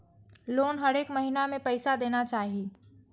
Loan हरेक महीना में पैसा देना चाहि?